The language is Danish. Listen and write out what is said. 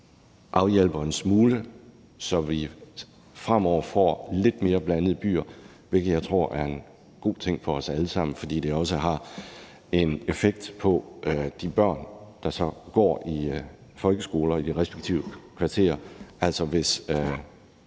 afhjælper det en smule, så vi fremover får lidt mere blandede byer, hvilket jeg tror er en god ting for os alle sammen, fordi det også har en effekt på de børn, der så går i folkeskolerne i de respektive kvarterer. Altså, hvis